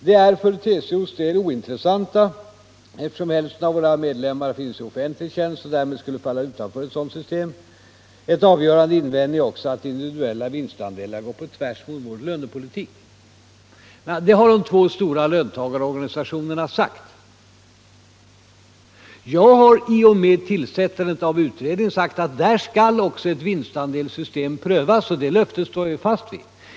De är för TCO:s del ointressanta, eftersom hälften av våra medlemmar finns i offentlig tjänst och därmed skulle falla utanför ett sådant system. En avgörande invändning är också att individuella vinstandelar går på tvärs mot vår lönepolitik. Detta har de två stora löntagarorganisationerna sagt. I och med tillsättandet av utredningen har jag sagt att också ett vinstandelssystem skall prövas. Det löftet står fast.